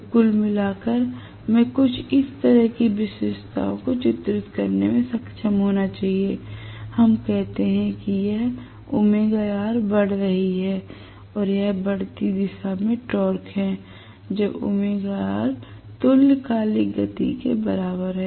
तो कुल मिलाकर मैं कुछ इस तरह की विशेषताओं को चित्रित करने में सक्षम होना चाहिए हम कहते हैं कि यह बढ़ रही है और यह बढ़ती दिशा में टॉर्क torque है जब तुल्यकालिक गति के बराबर है